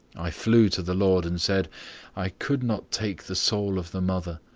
i flew to the lord, and said i could not take the soul of the mother.